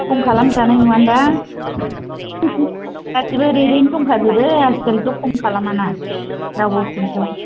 खम खालामजानाय नङानदां गासिबो रेतयैनो दंखाजोबो आजिखालिथ' खम खालामाना रावबो खम खालाम